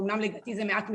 אומנם לדעתי זה מעט מדי,